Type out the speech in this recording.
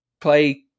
play